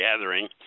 gathering